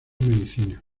medicina